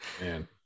man